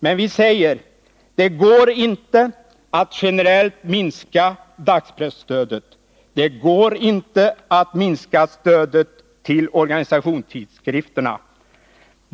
Men vi säger: Det går inte att generellt minska dagspresstödet, och det går inte att minska stödet till organisationstidskrifterna.